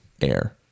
Air